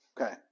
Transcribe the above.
Okay